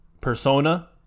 persona